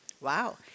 Wow